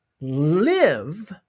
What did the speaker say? live